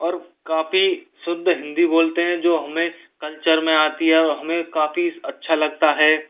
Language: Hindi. और काफ़ी शुद्ध हिंदी बोलते हैं जो हमें कल्चर में आती है और हमें काफ़ी अच्छा लगता है